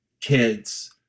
kids